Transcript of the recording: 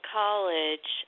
college